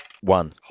One